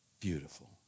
beautiful